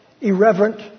irreverent